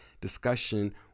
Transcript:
discussion